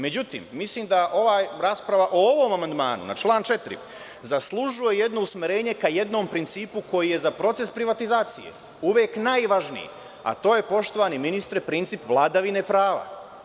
Međutim, mislim da rasprava o ovom amandmanu na član 4. zaslužuje jedno usmerenje ka jednom principu koji je za proces privatizacije uvek najvažniji, a to je poštovani ministre, princip vladavine prava.